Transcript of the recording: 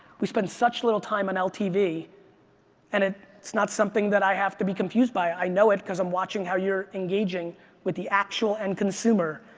we spend such little time on ltv and it's not something that i have to be confused by. i know it because i'm watching how you're engaging with the actual end consumer,